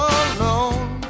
alone